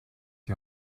die